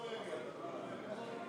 הגדרת הפליה על רקע נטייה מינית